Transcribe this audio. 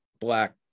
black